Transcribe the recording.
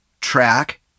track